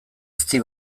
ezti